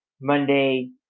Monday